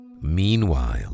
Meanwhile